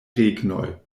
regnoj